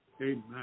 amen